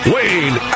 Wayne